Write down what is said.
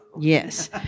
Yes